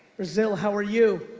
brazil, how are you?